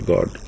God